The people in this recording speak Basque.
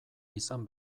izan